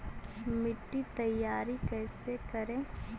मिट्टी तैयारी कैसे करें?